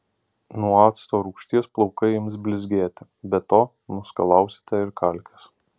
nuo acto rūgšties plaukai ims blizgėti be to nuskalausite ir kalkes